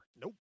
Nope